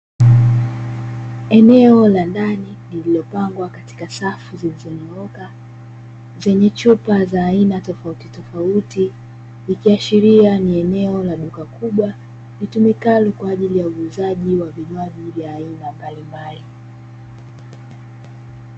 Eneo la ndani lililopangwa katika safu zilizonyooka; zenye chupa za aina tofautitofauti, ikiashiria ni eneo la duka kubwa; litumikalo kwa ajili ya uuzaji wa vinywaji vya aina mbalimbali.